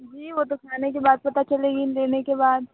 जी वो तो खाने के बाद पता चलेगी लेने के बाद